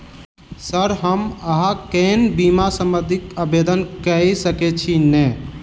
Sir हम अहाँ केँ बीमा संबधी आवेदन कैर सकै छी नै?